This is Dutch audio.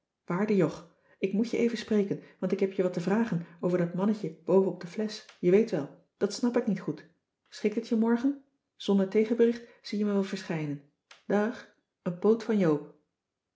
waarde jog ik moet je even spreken want ik heb je wat te vragen over dat mannetje boven op de flesch je weet wel dat snap ik niet goed schikt het je morgen zonder tegenbericht zie je me wel verschijnen daàg een poot van joop